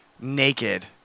Naked